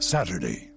Saturday